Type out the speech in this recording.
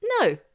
No